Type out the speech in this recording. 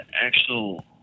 actual